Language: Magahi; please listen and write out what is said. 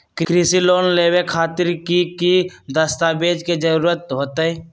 कृषि लोन लेबे खातिर की की दस्तावेज के जरूरत होतई?